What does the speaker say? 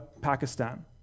Pakistan